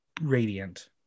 radiant